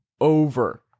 over